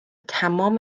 تمام